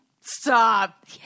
Stop